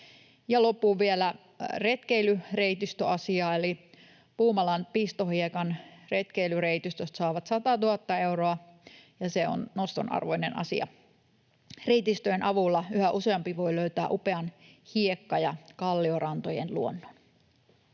loppuun vielä retkeilyreitistöasiaa, eli Puumalan Pistohiekan retkeilyreitistöt saavat 100 000 euroa, ja se on noston arvoinen asia. Reitistöjen avulla yhä useampi voi löytää upean hiekka- ja kalliorantojen luonnon.